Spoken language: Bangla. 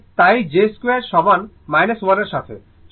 আসলে তাই j2 সমান 1 এর সাথে